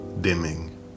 dimming